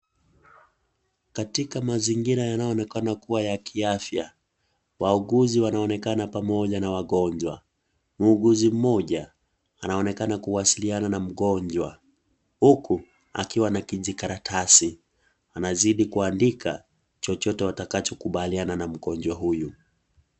Katika mazingira yanayoonekana kuwa ya kiafya wauguzi wanaonekana pamoja na wagonjwa . Muuguzi mmoja anaonekana kuwasiliana na mgonjwa huku akiwa na kijikaratasi akizidi kuandika chochote watakachokubaliana na mgonjwa huyo.